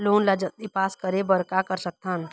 Loan ला जल्दी pass करे बर का कर सकथन?